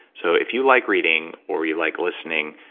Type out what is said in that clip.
so if you like reading or you like listening,